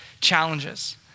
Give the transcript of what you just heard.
challenges